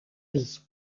vie